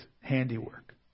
handiwork